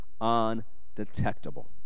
undetectable